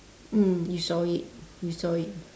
mm you saw it you saw it